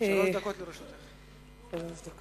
הצעות לסדר-היום מס'